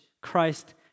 Christ